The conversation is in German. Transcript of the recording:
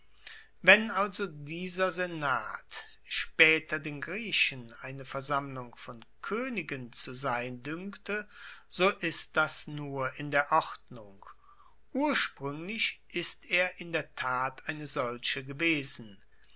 wenn also dieser senat spaeter den griechen eine versammlung von koenigen zu sein duenkte so ist das nur in der ordnung urspruenglich ist er in der tat eine solche gewesen